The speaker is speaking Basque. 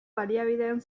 baliabideen